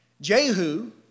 Jehu